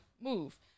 move